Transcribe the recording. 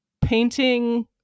painting